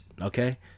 okay